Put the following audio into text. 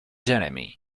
jeremy